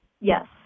Yes